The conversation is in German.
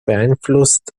beeinflusst